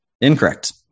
Incorrect